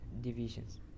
divisions